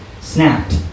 snapped